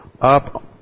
up